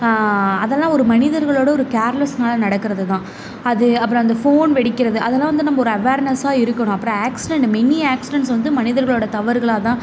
அதெல்லாம் ஒரு மனிதர்களோட ஒரு கேர்லஸ்னால் நடக்கிறது தான் அது அப்புறம் அந்த ஃபோன் வெடிக்கிறது அதெலாம் வந்து நம்ப ஒரு அவர்னஸாக இருக்கணும் அப்புறம் ஆக்சிரன்ட் மெனி ஆக்சிரன்ட்ஸ் வந்து மனிதர்களோட தவறுகளால் தான்